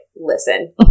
listen